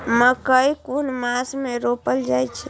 मकेय कुन मास में रोपल जाय छै?